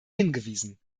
hingewiesen